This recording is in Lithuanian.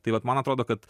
tai vat man atrodo kad